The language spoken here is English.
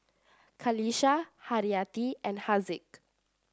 Qalisha Haryati and Haziq